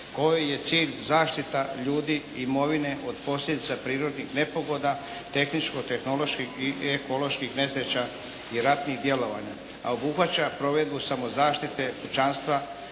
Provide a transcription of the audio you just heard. kojoj je cilj zašita ljudi, imovine od posljedica prirodnih nepogoda, tehničko-tehnoloških i ekoloških nesreća i ratnih djelovanja, a obuhvaća provedbu samozaštitu kućanstva,